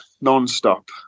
non-stop